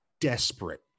desperate